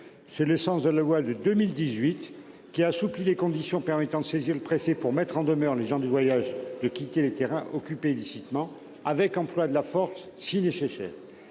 C'était le sens de la loi du 7 novembre 2018, qui visait à assouplir les conditions permettant de saisir le préfet pour mettre en demeure les gens du voyage de quitter les terrains occupés illicitement, avec emploi de la force si nécessaire.